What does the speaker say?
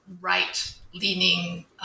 right-leaning